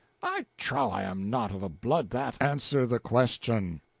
i trow i am not of a blood that answer the question!